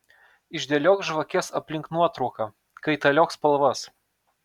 išdėliok žvakes aplink nuotrauką kaitaliok spalvas